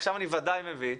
עכשיו אני ודאי מבין.